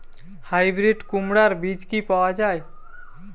Hybrid কুমড়ার বীজ কি পাওয়া য়ায়?